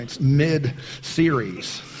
mid-series